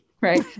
Right